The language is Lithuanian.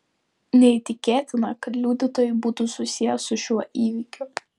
neįtikėtina kad liudytojai būtų susiję su šiuo įvykiu